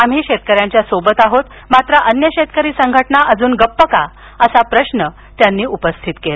आम्ही शेतकऱ्यांच्या सोबत आहोत मात्र अन्य शेतकरी संघटना अजून गप्प का असा प्रश्न त्यांनी उपस्थित केला